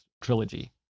trilogy